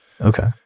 Okay